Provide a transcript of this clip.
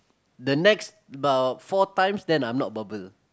the next about four times then I not bubble